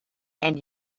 and